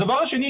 הדבר השני,